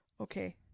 okay